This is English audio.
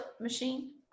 machine